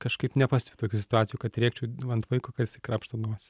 kažkaip nepastebiu tokių situacijų kad rėkčiau ant vaiko kad jisai krapšto nosį